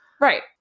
Right